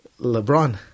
LeBron